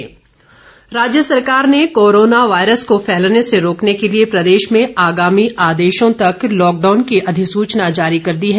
lockdown राज्य सरकार ने कोरोना वायरस को फैलने से रोकने के लिए प्रदेश में आगामी आदेशों तक लॉकडाउन की अधिसूचना जारी कर दी है